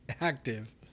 active